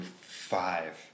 five